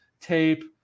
tape